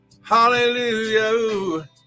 Hallelujah